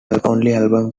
album